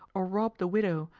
or robbed a widow,